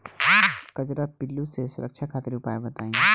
कजरा पिल्लू से सुरक्षा खातिर उपाय बताई?